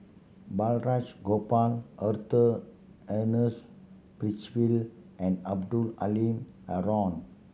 Balraj Gopal Arthur Ernest Percival and Abdul Halim Haron